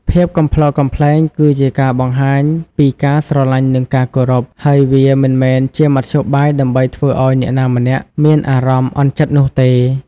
ភាពកំប្លុកកំប្លែងគឺជាការបង្ហាញពីការស្រលាញ់និងការគោរព ហើយវាមិនមែនជាមធ្យោបាយដើម្បីធ្វើឱ្យអ្នកណាម្នាក់មានអារម្មណ៍អន់ចិត្តនោះទេ។